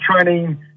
training